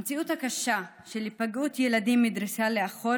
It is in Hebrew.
המציאות הקשה של היפגעות ילדים מדריסה לאחור